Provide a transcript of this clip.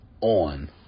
on